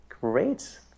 Great